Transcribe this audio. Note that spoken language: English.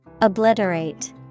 Obliterate